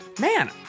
Man